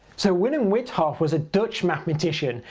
so willem wythoff was a dutch mathematician,